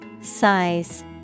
Size